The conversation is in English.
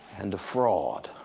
and a fraud,